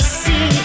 see